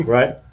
right